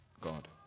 God